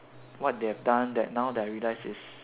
what they have done that now that I realize is